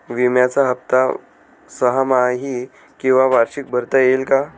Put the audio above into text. विम्याचा हफ्ता सहामाही किंवा वार्षिक भरता येईल का?